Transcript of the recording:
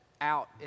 out